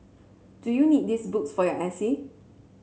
do you need these books for your essay